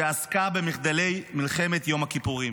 שעסקה במחדלי מלחמת יום הכיפורים.